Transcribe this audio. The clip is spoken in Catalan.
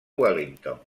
wellington